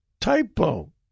typo